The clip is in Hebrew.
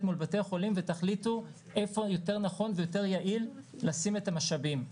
מול בתי החולים ותחליטו איפה יותר נכון ויותר יעיל לשים את המשאבים.